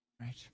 Right